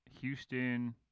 Houston